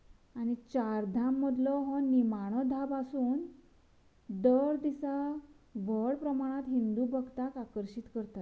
आनी चार धाम मदलो हे निमाणो धाम आसून दर दिसाक व्हड प्रमाणांत हिन्दू भक्ताक आकर्शीत करतात